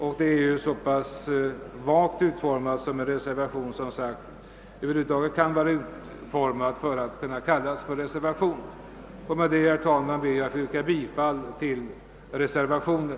Med dessa ord, herr talman, ber jag att få yrka bifall till reservationen.